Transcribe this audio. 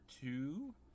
two